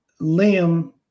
Liam